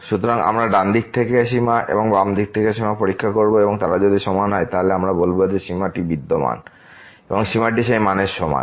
সুতরাং আমরা ডান দিক থেকে সীমা এবং বাম দিক থেকে সীমা পরীক্ষা করবো এবং যদি তারা সমান হয় তাহলে আমরা বলবো যে সীমা বিদ্যমান এবং সীমাটি সেই মানের সমান